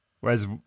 Whereas